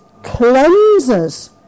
cleanses